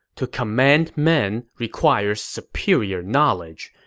to command men requires superior knowledge.